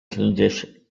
condition